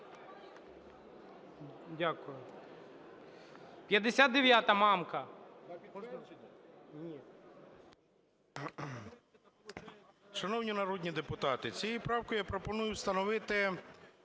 Дякую. 59-а, Мамка.